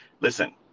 Listen